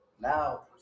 Now